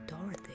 Dorothy